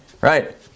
right